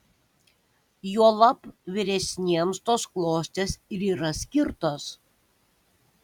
juolab vyresniems tos klostės ir yra skirtos